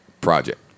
project